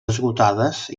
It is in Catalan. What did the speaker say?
esgotades